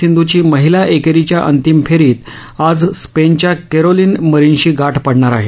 सिंधूची महिला एकेरीच्या अंतिम फेरीत आज स्पेनच्या कॅरोलिन मरीनशी गाठ पडणार आहे